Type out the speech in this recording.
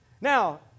Now